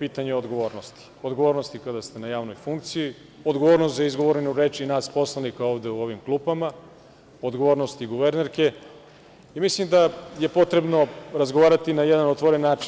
pitanje odgovornosti, odgovornosti kada ste na javnoj funkciji, odgovornost za izgovorenu reč i nas poslanika ovde u ovim klupama, odgovornosti guvernerke, i mislim da je potrebno razgovarati na jedan otvoren način.